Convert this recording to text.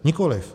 Nikoliv.